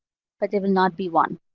but they will not be one.